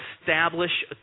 establish